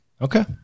Okay